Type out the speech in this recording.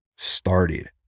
started